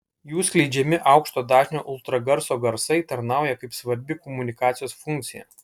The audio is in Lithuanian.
jų skleidžiami aukšto dažnio ultragarso garsai tarnauja kaip svarbi komunikacijos funkcija